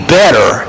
better